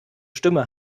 stimme